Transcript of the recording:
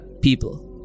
people